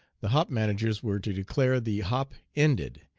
the hop managers were to declare the hop ended,